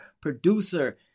producer